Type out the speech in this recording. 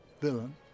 villain